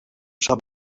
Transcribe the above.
sap